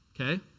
okay